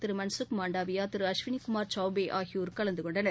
திரு மன்சுக் மாண்டவியா திரு அஸ்வினிகுமார் சௌபே ஆகியோர் கலந்து கொண்டனர்